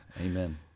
Amen